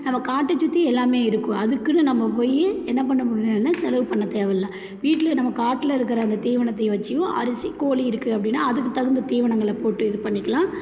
நம்ம காட்டை சுற்றி எல்லாமே இருக்கும் அதுக்குன்னு நம்ம போய் என்ன பண்ண செலவு பண்ண தேவை இல்லை வீட்டில் நம்ம காட்டில் இருக்கிற அந்த தீவனத்தை வச்சுயும் அரிசி கோழி இருக்குது அப்படின்னா அதுக்குத் தகுந்த தீவனங்களை போட்டு இது பண்ணிக்கிலாம்